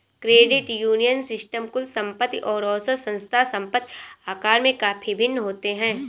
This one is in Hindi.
क्रेडिट यूनियन सिस्टम कुल संपत्ति और औसत संस्था संपत्ति आकार में काफ़ी भिन्न होते हैं